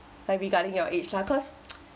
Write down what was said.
like regarding your age lah cause